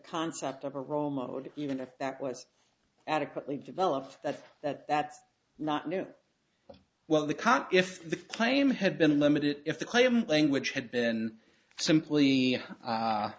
concept of a role mode even if that was adequately developed that that that's not new well the cot if the claim had been limited if the claim language had been simply